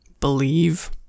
believe